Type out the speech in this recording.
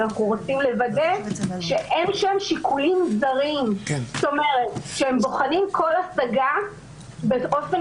אנחנו רוצים לוודא שאין שם שיקולים זרים ושהם בוחנים כל השגה באופן